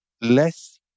less